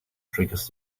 triggers